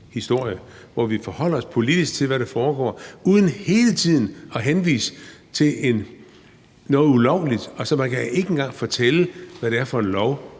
historie, hvor vi forholder os politisk til, hvad der foregår, uden hele tiden at henvise til noget ulovligt. Man kan ikke engang fortælle, hvad det er for en lov,